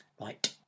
Right